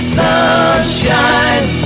sunshine